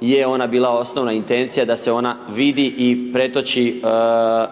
je ona bila osnovna intencija da se ona vidi i pretoči